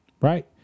Right